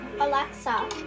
Alexa